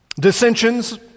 Dissensions